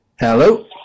Hello